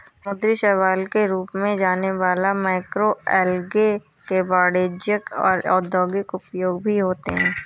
समुद्री शैवाल के रूप में जाने वाला मैक्रोएल्गे के वाणिज्यिक और औद्योगिक उपयोग भी होते हैं